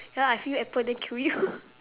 ya I feed you apple then kill you